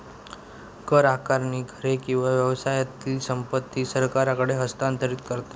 कर आकारणी घरे किंवा व्यवसायातली संपत्ती सरकारकडे हस्तांतरित करता